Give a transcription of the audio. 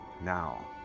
now